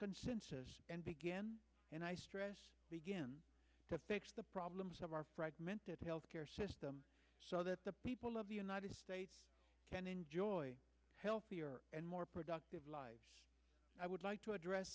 consensus and begin and begin to fix the problems of our fragmented healthcare system so that the people of the united states can enjoy healthier and more productive lives i would like to address